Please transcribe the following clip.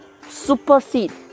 supersede